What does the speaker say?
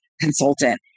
consultant